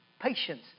patience